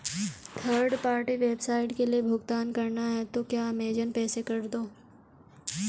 third party website के लिए भुगतान करना है तो क्या अमेज़न पे से कर दो